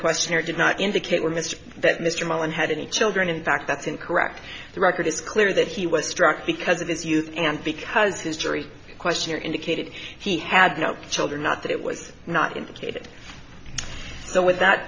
questionnaire did not indicate where mr that mr mullen had any children in fact that's incorrect the record is clear that he was struck because of his youth and because history questionnaire indicated he had no children not that it was not indicated so with that